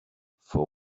for